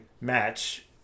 match